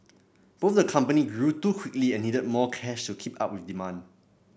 both the company grew too quickly and needed more cash to keep up with demand